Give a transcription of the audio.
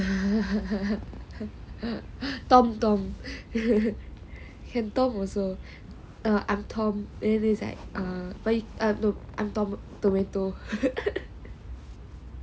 tom tom can tom also err I'm tom then it's like tom tomato